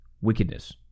Wickedness